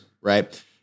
right